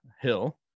Hill